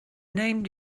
name